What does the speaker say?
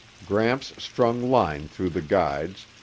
gramps strung line through the guides,